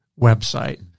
website